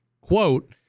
Quote